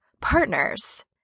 partners